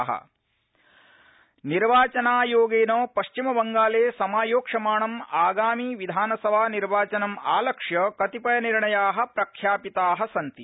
बंगाल निर्वाचन निर्वाचनायोगेन पश्चिम बंगाले समायोक्ष्यमाणम आगामि विधानसभा निर्वाचनम आलक्ष्य कतिपय निर्णया प्रख्यापिता सन्ति